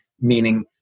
meaning